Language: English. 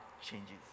changes